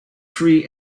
free